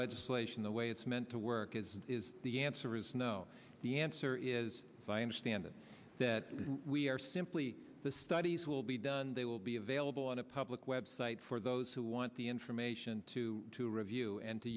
legislation the way it's meant to work is is the answer is no the answer is by understanding that we are simply the studies will be done they will be available on a public web site for those who want the information to to review